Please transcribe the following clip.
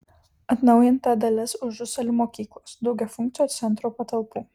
atnaujinta dalis užusalių mokyklos daugiafunkcio centro patalpų